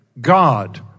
God